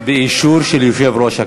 באישור של יושב-ראש הכנסת.